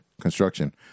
Construction